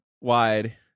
Wide